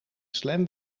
slam